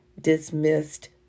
dismissed